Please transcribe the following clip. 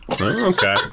okay